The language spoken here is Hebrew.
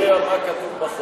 אני יודע מה כתוב בחוק.